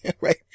Right